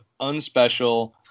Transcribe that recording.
Unspecial